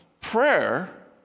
Prayer